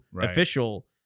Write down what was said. official